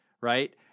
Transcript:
right